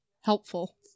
helpful